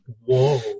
whoa